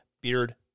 beard